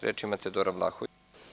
Reč ima Teodora Vlahović.